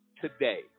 today